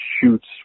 shoots